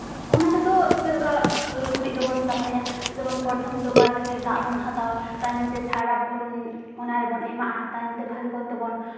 ᱚᱱᱟ ᱛᱮᱫᱚ ᱪᱮᱫ ᱞᱮᱠᱟ ᱞᱩᱜᱽᱲᱤᱡ ᱫᱚᱵᱚᱱ ᱥᱟᱯᱷᱟᱭᱟ ᱡᱮᱢᱚᱱ ᱯᱨᱚᱛᱷᱚᱢ ᱫᱚ ᱵᱟᱹᱞᱛᱤ ᱨᱮ ᱫᱟᱜ ᱵᱚᱱ ᱦᱟᱛᱟᱣᱟ ᱛᱟᱭᱚᱢᱛᱮ ᱥᱟᱨᱟᱯᱷ ᱵᱚᱱ ᱚᱱᱟ ᱨᱮᱵᱚᱱ ᱮᱢᱟᱜᱼᱟ ᱛᱟᱭᱚᱢᱛᱮ ᱵᱷᱟᱹᱞᱤ ᱚᱠᱚᱡ ᱛᱮᱵᱚᱱ